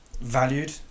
valued